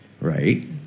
right